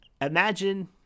imagine